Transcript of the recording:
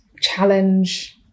challenge